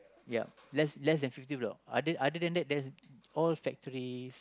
ya less less than fifty block other other than that all factories